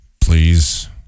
please